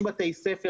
יש בתי ספר,